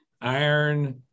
iron